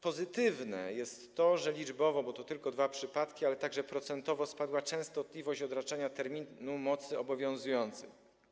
Pozytywne jest to, że liczbowo, bo to tylko dwa przypadki, a także procentowo spadła częstotliwość odraczania terminu mocy obowiązującej.